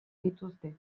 dituzte